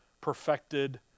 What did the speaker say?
perfected